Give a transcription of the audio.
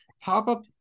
Pop-up